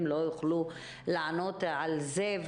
שנמצאים איתנו לא יוכלו לענות על זה.